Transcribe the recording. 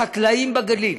בחקלאים בגליל,